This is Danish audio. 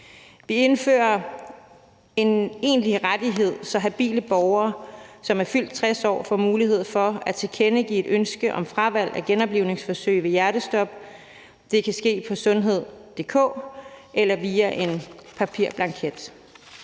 Vi indfører en egentlig rettighed, så habile borgere, som er fyldt 60 år, får mulighed for at tilkendegive et ønske om fravalg af genoplivningsforsøg ved hjertestop. Det kan ske på sundhed.dk eller via en papirblanket.